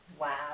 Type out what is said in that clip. Wow